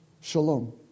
Shalom